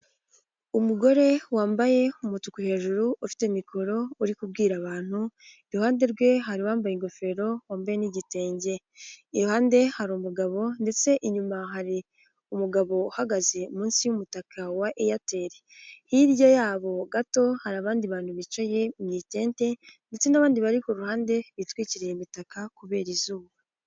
Umugore wambaye umutuku hejuru ufite mikoro uri kubwira abantu, iruhande rwe hari bambaye ingoferombe wambaye n'igitenge, iruhande hari umugabo ndetse inyuma hari umugabo uhagaze munsi y'umutaka wa Eyateri, hirya yabo gato hari abandi bantu bicaye mu itente ndetse n'abandi bari ku ruhande bitwikiriye imitaka kubera izuba.